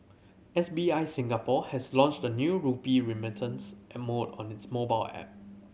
S B I Singapore has launched a new rupee remittance mode on its mobile app